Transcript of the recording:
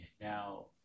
now